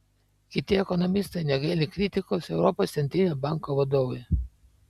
kiti ekonomistai negaili kritikos europos centrinio banko vadovui